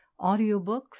audiobooks